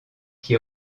qui